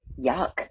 Yuck